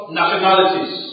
nationalities